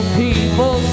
people